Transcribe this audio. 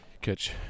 catch